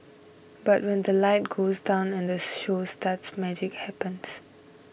but when the light goes down and this show starts magic happens